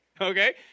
okay